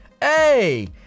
Hey